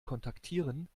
kontaktieren